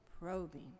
probing